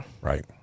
Right